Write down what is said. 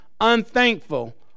unthankful